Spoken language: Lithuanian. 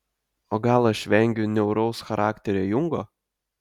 o gal aš vengiu niauraus charakterio jungo